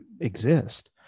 exist